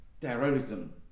terrorism